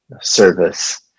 service